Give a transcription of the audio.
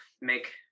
make